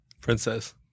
Princess